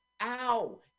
ow